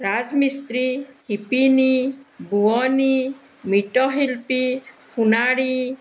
ৰাজ মিস্ত্ৰী শিপিনী বোৱনী মৃৎশিল্পী সোণাৰী